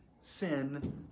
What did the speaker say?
sin